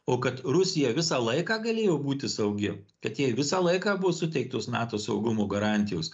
o kad rusija visą laiką galėjo būti saugi kad jai visą laiką buo suteiktos nato saugumo garantijos